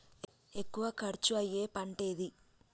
ఎక్కువ ఖర్చు అయ్యే పంటేది?